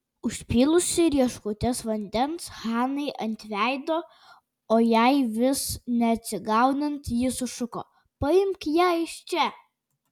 užpylusi rieškutes vandens hanai ant veido o jai vis neatsigaunant ji sušuko paimk ją iš čia